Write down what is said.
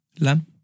Lam